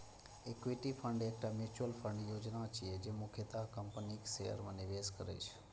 equity fund एकटा mutual fund योजना छियै, जे मुख्यतः कंपनीक शेयर मे निवेश करै छै